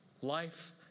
life